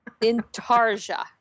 Intarja